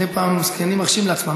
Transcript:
מדי פעם שחקנים מרשים לעצמם.